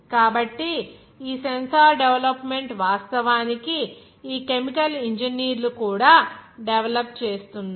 కాబట్టి ఈ sensor development వాస్తవానికి ఈ కెమికల్ ఇంజనీర్లు కూడా డెవలప్ చేస్తున్నారు